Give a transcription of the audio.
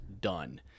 done